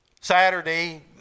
Saturday